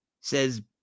says